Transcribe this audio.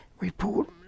Report